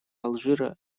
алжира